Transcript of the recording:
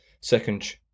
second